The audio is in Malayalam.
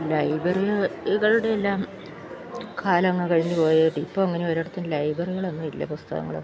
ലൈബ്രറികളുടെയെല്ലാം കാലമങ്ങ് കഴിഞ്ഞ് പോയിട്ടിപ്പം അങ്ങനെ ഒരിടത്തും ലൈബ്രറികളൊന്നുമില്ല പുസ്തകങ്ങള്